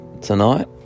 tonight